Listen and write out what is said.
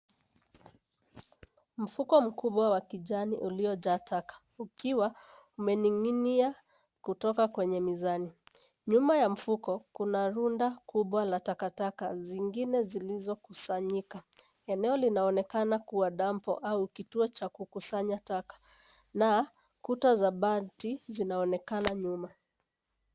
Mfuko mkubwa wa kijani uliojaa takaa ukiwa umening'inia kutoka kwenye mizani. Nyuma ya mfuko kuna runda kubwa la takataka zingine zilizokusanyika. Eneo linaonekana kuwa dampo au kituo cha kusanya taka na kuta za bati zinaonekana nyuma.